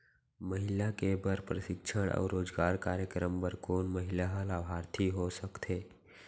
महिला के बर प्रशिक्षण अऊ रोजगार कार्यक्रम बर कोन महिला ह लाभार्थी हो सकथे?